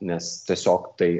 nes tiesiog tai